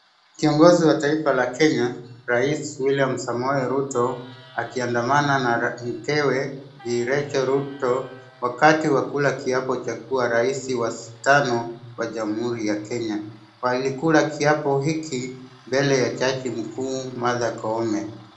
Kiongozi wa taifa la Kenya rais William Samoei Ruto akiandamana na mkewe bi Rechael Ruto wakati wa kula kiapo cha kuwa rais wa tano wa jamhuri ya Kenya. Walikula kiapo hiki mbele ya jaji mkuu Martha Koome.